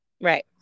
right